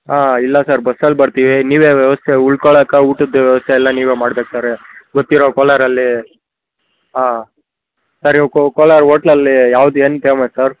ಹಾಂ ಇಲ್ಲ ಸರ್ ಬಸ್ಸಲ್ಲಿ ಬರ್ತೀವಿ ನೀವೇ ವ್ಯವಸ್ಥೆ ಉಳ್ಕೊಳಕ್ಕೆ ಊಟದ ವ್ಯವಸ್ಥೆ ಎಲ್ಲ ನೀವೇ ಮಾಡ್ಬೇಕು ಸರ್ ಗೊತ್ತಿರೊ ಕೋಲಾರಲ್ಲಿ ಹಾಂ ಸರ್ ನೀವು ಕೋಲಾರ ಓಟ್ಲ್ ಅಲ್ಲಿ ಯಾವ್ದು ಏನು ಫೇಮಸ್ ಸರ್